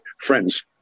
friends